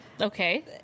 Okay